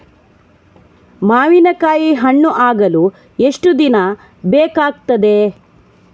ಮಾವಿನಕಾಯಿ ಹಣ್ಣು ಆಗಲು ಎಷ್ಟು ದಿನ ಬೇಕಗ್ತಾದೆ?